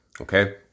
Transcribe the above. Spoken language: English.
okay